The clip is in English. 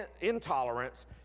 intolerance